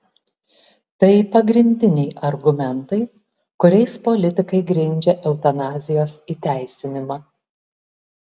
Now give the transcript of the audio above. tai pagrindiniai argumentai kuriais politikai grindžia eutanazijos įteisinimą